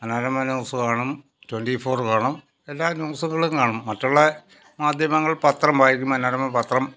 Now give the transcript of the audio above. Manorama news കാണും twenty four കാണും എല്ലാ ന്യൂസുകളും കാണും മറ്റുള്ള മാധ്യമങ്ങൾ പത്രം വായിക്കും മനോരമ പത്രം